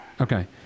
okay